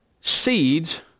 seeds